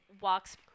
walks